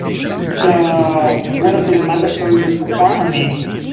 so one of the mandatory requirements